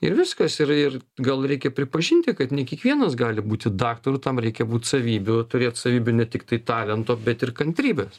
ir viskas ir ir gal reikia pripažinti kad ne kiekvienas gali būti daktaru tam reikia būt savybių turėt savybių ne tiktai talento bet ir kantrybės